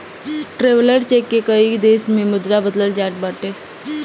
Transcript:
traveller cheque के कईगो देस के मुद्रा में बदलल जा सकत बाटे